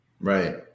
Right